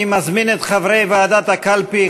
אני מזמין את חברי ועדת הקלפי,